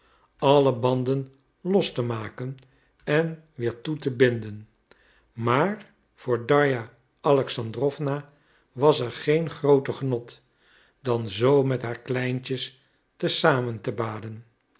alle banden los te maken en weer toe te binden maar voor darja alexandrowna was er geen grooter genot dan zoo met haar kleintjes te samen te baden